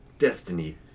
Destiny